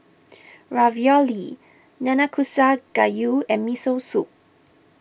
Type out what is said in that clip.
Ravioli Nanakusa Gayu and Miso Soup